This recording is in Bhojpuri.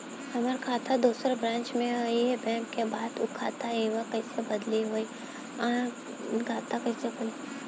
हमार खाता दोसर ब्रांच में इहे बैंक के बा त उ खाता इहवा कइसे बदली होई आ नया खाता कइसे खुली?